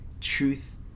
Truth